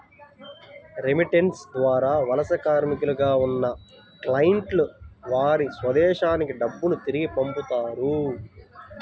remittance ద్వారా వలస కార్మికులుగా ఉన్న క్లయింట్లు వారి స్వదేశానికి డబ్బును తిరిగి పంపుతారు